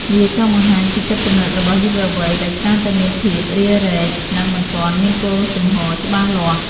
វាចង់បង្ហាញពីចិត្តគំនិតរបស់យុវវ័យ ដែលច្រើនតែមានភាពរារែក និងមិនទាន់មានគោលជំហរច្បាស់លាស់។